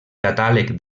catàleg